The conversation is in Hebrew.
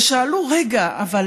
ושאלו: רגע, אבל